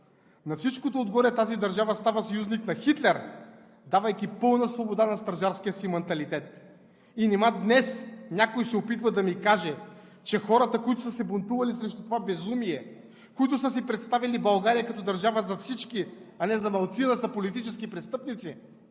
На всичкото отгоре тази държава става съюзник на Хитлер, давайки пълна свобода на стражарския си манталитет. И нима днес някой се опитва да ми кажа, че хората, които са се бунтували срещу това безумие, които са си представяли България като държава за всички, а не за малцина, са политически престъпници.